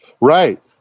Right